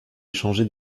échanger